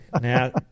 Now